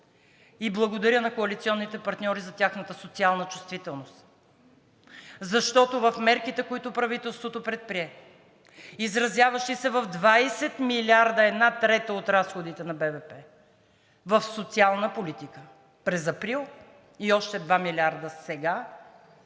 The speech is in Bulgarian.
И благодаря на коалиционните партньори за тяхната социална чувствителност, защото в мерките, които правителството предприе, изразяващи се в 20 милиарда – една трета от разходите на БВП в социална политика през месец април и още два милиарда сега